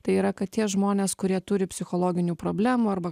tai yra kad tie žmonės kurie turi psichologinių problemų arba